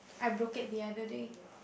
I broke it the other day